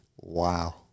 Wow